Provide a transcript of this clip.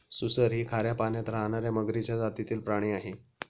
सुसर ही खाऱ्या पाण्यात राहणार्या मगरीच्या जातीतील प्राणी आहे